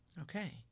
Okay